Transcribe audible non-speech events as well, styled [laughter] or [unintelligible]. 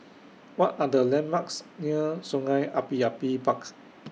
What Are The landmarks near Sungei Api [unintelligible] Parks